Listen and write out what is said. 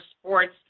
sports